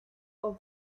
con